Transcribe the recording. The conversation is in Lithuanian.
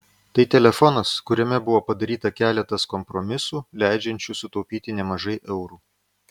tai telefonas kuriame buvo padaryta keletas kompromisų leidžiančių sutaupyti nemažai eurų